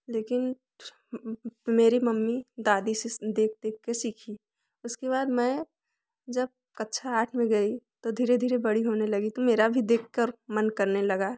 लेकिन मेरी मम्मी दादी से देख देख के सीखी उसके बाद मैं जब कक्षा आठ में गई तो धीरे धीरे बड़ी होने लगी तो मेरा भी देख कर मन करने लगा